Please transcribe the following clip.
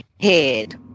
head